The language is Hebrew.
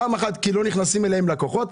פעם אחת כי לא נכנסים אליהם לקוחות,